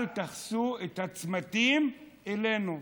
אל תעבירו את הצמתים אלינו,